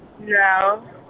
no